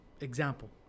Example